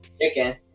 chicken